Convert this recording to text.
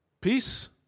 Peace